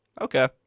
Okay